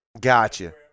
gotcha